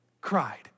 cried